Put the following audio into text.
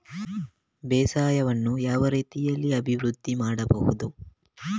ಬೇಸಾಯವನ್ನು ಯಾವ ರೀತಿಯಲ್ಲಿ ಅಭಿವೃದ್ಧಿ ಮಾಡಬಹುದು?